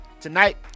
tonight